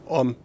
om